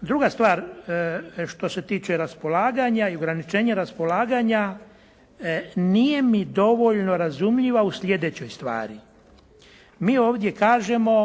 Druga stvar što se tiče raspolaganja i ograničenja raspolaganja. Nije mi dovoljno razumljiva u sljedećoj stvari. Mi ovdje kažemo